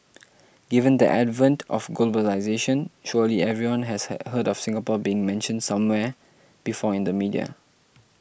given the advent of globalisation surely everyone has heard of Singapore being mentioned somewhere before in the media